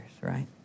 right